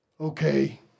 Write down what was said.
Okay